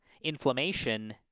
inflammation